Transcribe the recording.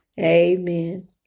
Amen